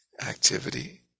activity